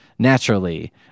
naturally